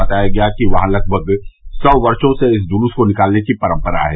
बताया गया है कि वहां लगभग सौ वर्षो से इस जुलूस को निकालने की परम्परा है